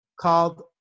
called